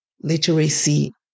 literacy